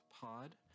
pod